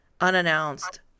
unannounced